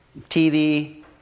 TV